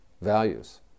values